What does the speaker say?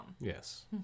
Yes